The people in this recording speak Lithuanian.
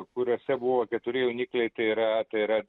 kuriuose buvo keturi jaunikliai tai yra tai yra